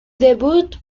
debut